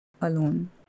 alone